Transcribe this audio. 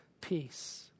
peace